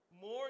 more